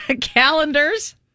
Calendars